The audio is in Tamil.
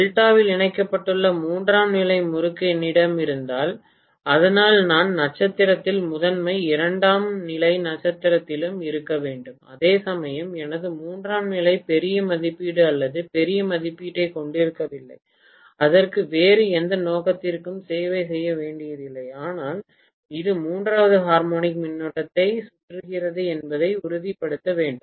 டெல்டாவில் இணைக்கப்பட்டுள்ள மூன்றாம் நிலை முறுக்கு என்னிடம் இருந்தால் அதனால் நான் நட்சத்திரத்தில் முதன்மை இரண்டாம் நிலை நட்சத்திரத்திலும் இருக்க முடியும் அதேசமயம் எனது மூன்றாம் நிலை பெரிய மதிப்பீடு அல்லது பெரிய மதிப்பீட்டைக் கொண்டிருக்கவில்லை அதற்கு வேறு எந்த நோக்கத்திற்கும் சேவை செய்ய வேண்டியதில்லை ஆனால் இது மூன்றாவது ஹார்மோனிக் மின்னோட்டத்தை சுற்றுகிறது என்பதை உறுதிப்படுத்த வேண்டும்